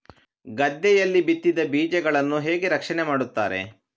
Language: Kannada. ಗದ್ದೆಯಲ್ಲಿ ಬಿತ್ತಿದ ಬೀಜಗಳನ್ನು ಹೇಗೆ ರಕ್ಷಣೆ ಮಾಡುತ್ತಾರೆ?